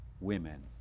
women